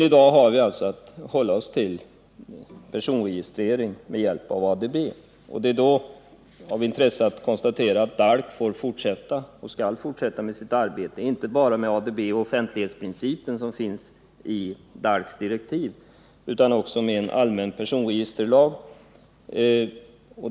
I dag har vi alltså att hålla oss till personregistrering med hjälp av ADB. Det är då av intresse att konstatera att DALK skall fortsätta med sitt arbete, inte bara med ADB och offentlighetsprincipen, som anges i DALK:s direktiv, utan också med en allmän personregisterlag.